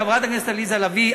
חברת הכנסת עליזה לביא,